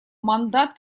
мандат